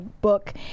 book